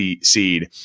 seed